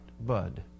Bud